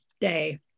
day